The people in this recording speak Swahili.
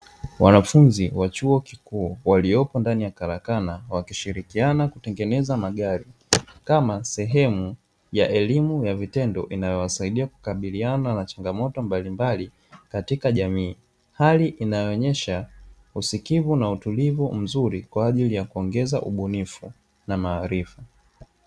Wanafunzi wa chuo kikuu waliopo ndani ya karakana wakishirikiana kutengeneza magari, kama sehemu ya elimu ya vitendo inayowasaidia kukabiliana na changamoto mbalimbali katika jamii, hali inayoonesha usikivu na utulivu mzuri kwa ajili ya kuongeza ubunifu na maarifa.